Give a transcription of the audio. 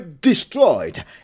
destroyed